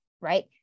right